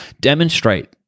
demonstrate